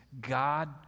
god